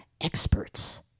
experts